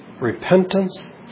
repentance